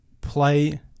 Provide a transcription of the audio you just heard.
play